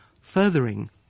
furthering